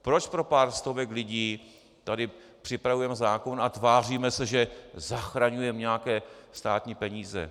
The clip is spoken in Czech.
Proč pro pár stovek lidí tady připravujeme zákon a tváříme se, že zachraňujeme nějaké státní peníze?